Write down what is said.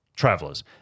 travelers